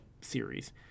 series